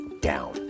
down